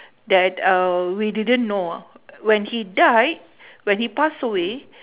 that uh we didn't know when he died when he passed away